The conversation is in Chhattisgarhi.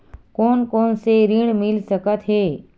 कोन कोन से ऋण मिल सकत हे?